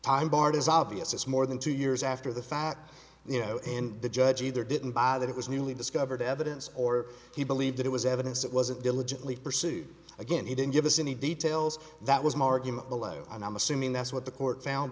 as obvious as more than two years after the fact you know and the judge either didn't buy that it was newly discovered evidence or he believed that it was evidence that wasn't diligently pursued again he didn't give us any details that was my argument below and i'm assuming that's what the court found